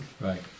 Right